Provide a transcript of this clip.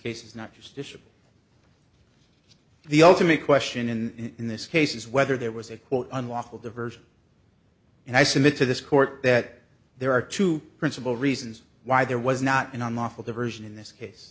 issue the ultimate question in in this case is whether there was a quote unlawful diversion and i submit to this court that there are two principal reasons why there was not an unlawful diversion in this case